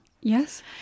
Yes